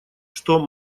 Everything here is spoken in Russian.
что